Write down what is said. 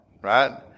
right